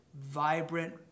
vibrant